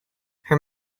her